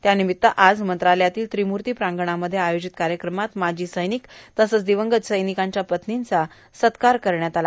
त्यार्नामत्त आज मंत्रालयातील त्रिमूर्ता प्रांगणामध्ये आयोजित कायक्रमात माजी र्सैननक तसंच र्दवंगत र्सैनिकांच्या पत्नींचा सत्कार करण्यात आला